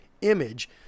image